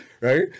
Right